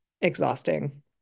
exhausting